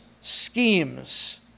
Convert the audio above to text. schemes